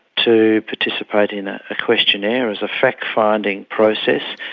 to participate in ah a questionnaire as a fact-finding process.